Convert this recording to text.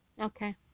Okay